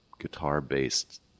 guitar-based